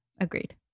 Agreed